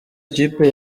ikipe